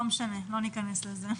לא ניכנס לזה.